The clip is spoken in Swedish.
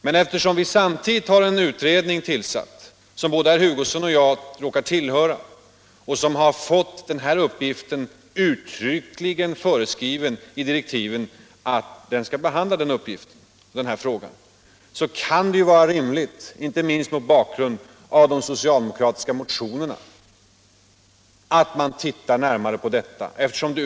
Eftersom vi samtidigt har en utredning tillsatt, som både herr Hugosson och jag råkar tillhöra och som är uttryckligt föreskriven i direktiven att den skall behandla den här frågan, kan det ändå vara rimligt — inte minst mot bakgrund av de socialdemokratiska motionerna —- att titta på problemet.